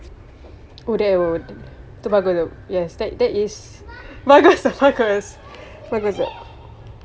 oh that would tu bagus tu yes that that is bagus err bagus bagus